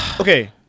Okay